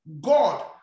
God